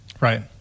Right